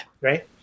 right